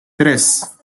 tres